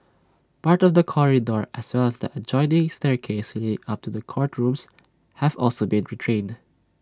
part of the corridor as well as the adjoining staircase leading up to the courtrooms have also been retained